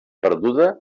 perduda